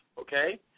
okay